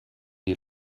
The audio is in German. die